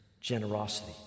generosity